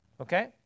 Okay